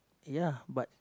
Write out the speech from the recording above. ya but